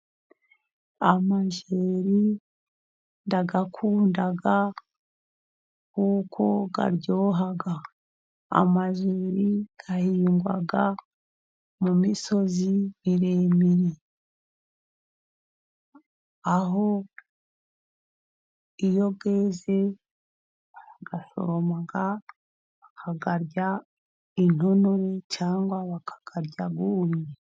Amajeri ndayakunda kuko aryoha. Amajeri ahingwa mu misozi miremire, aho iyo yeze barayasoroma bakayarya intonore cyangwa bakayarya yumye.